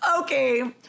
okay